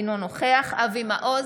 אינו נוכח אבי מעוז,